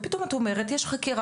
ופתאום את אומרת יש חקירה,